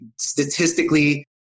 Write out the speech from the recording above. statistically